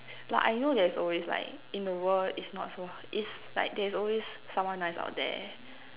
like I know there's always like in the world is not so h~ is like there's always someone nice out there